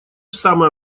самая